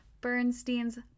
Bernstein's